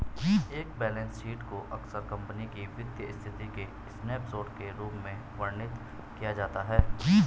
एक balance sheet को अक्सर कंपनी की वित्तीय स्थिति के स्नैपशॉट के रूप में वर्णित किया जाता है